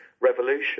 Revolution